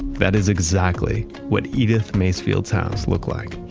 that is exactly what edith macefield's house look like.